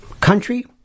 country